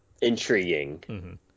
intriguing